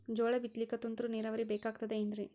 ಜೋಳ ಬಿತಲಿಕ ತುಂತುರ ನೀರಾವರಿ ಬೇಕಾಗತದ ಏನ್ರೀ?